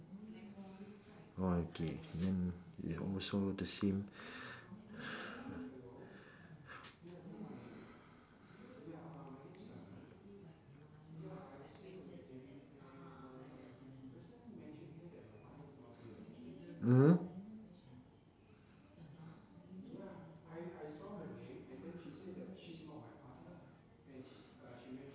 oh okay then we are almost all the same